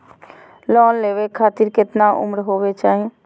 Loan लेवे खातिर केतना उम्र होवे चाही?